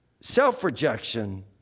Self-rejection